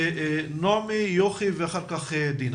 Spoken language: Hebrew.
יוכי ואחר כך דינה.